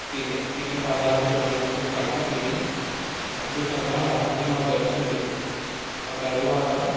తినే తినే పదార్ధలముతో కలిపి తిని అద్భుతంగా ఆ రాత్రి మాకు గడిచిండే ఆ తరువాత